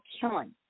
killing